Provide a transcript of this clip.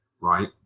Right